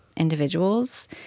Individuals